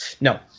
No